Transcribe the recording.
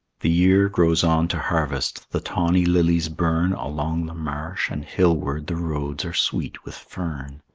the year grows on to harvest, the tawny lilies burn along the marsh, and hillward the roads are sweet with fern.